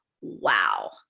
wow